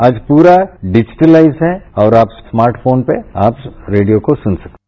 आज पूरा डिजिटलाइजड है और स्मार्ट फोन पर आप रेडियो को सुन सकते है